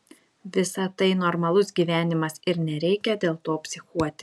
visa tai normalus gyvenimas ir nereikia dėl to psichuoti